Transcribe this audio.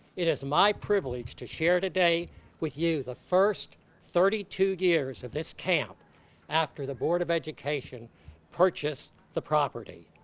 it is my privilege to share today with you the first thirty two years of this camp after the board of education purchased the property.